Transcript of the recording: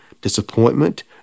disappointment